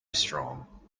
strong